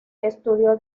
estudió